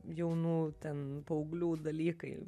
jaunų ten paauglių dalykai